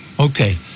Okay